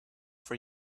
for